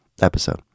episode